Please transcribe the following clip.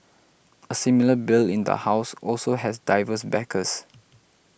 a similar bill in the House also has diverse backers